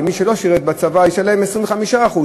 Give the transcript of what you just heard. ומי שלא שירת בצבא ישלם 25%?